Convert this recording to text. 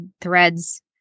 Threads